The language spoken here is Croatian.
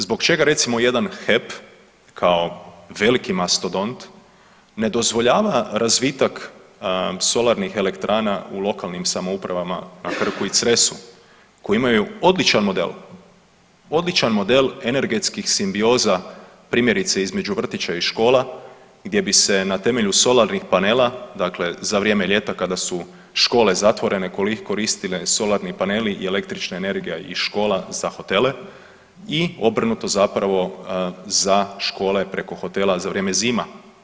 Zbog čega recimo jedan HEP kao veliki mastodont ne dozvoljava razvitak solarnih elektrana u lokalnim samoupravama na Krku i Cresu koji imaju odličan model, odličan model energetskih simbioza primjerice između vrtića i škola gdje bi se na temelju solarnih panela dakle za vrijeme ljeta kada su škole zatvorene koristili solarni paneli i električna energija iz škola za hotele i obrnuto zapravo za škole preko hotela za vrijeme zima.